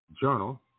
Journal